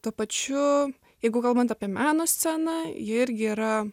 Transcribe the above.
tuo pačiu jeigu kalbant apie meno sceną ji irgi yra